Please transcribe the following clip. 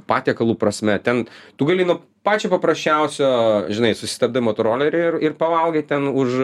patiekalų prasme ten tu gali nuo pačio paprasčiausio žinai susistabdai motorolerį ir ir pavalgai ten už